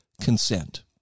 consent